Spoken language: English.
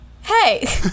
Hey